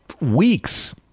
weeks